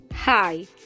Hi